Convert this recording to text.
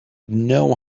know